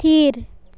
ᱛᱷᱤᱨ